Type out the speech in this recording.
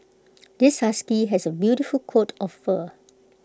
this husky has A beautiful coat of fur